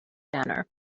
banner